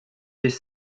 des